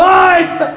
life